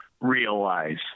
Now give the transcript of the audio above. realize